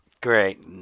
Great